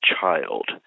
child